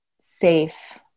safe